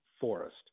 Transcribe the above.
forest